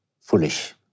foolish